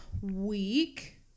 week